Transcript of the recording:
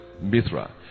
Mithra